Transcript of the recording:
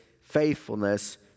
faithfulness